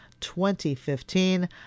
2015